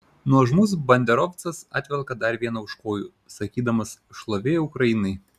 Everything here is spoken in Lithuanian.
nuožmus banderovcas atvelka dar vieną už kojų sakydamas šlovė ukrainai